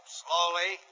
slowly